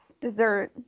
Dessert